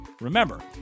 Remember